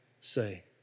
say